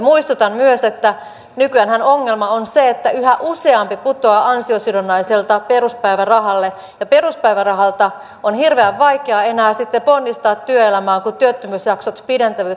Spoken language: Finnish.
muistutan myös että nykyäänhän ongelma on se että yhä useampi putoaa ansiosidonnaiselta peruspäivärahalle ja peruspäivärahalta on hirveän vaikeaa enää sitten ponnistaa työelämään kun työttömyysjaksot pidentyvät